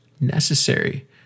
necessary